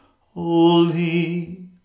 Holy